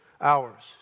Hours